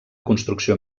construcció